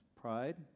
Pride